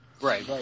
Right